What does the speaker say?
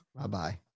Bye-bye